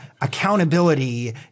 accountability